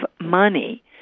money